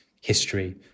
History